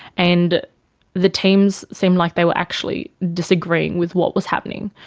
and the teams seemed like they were actually disagreeing with what was happening.